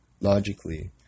logically